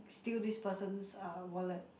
steal this person's uh wallet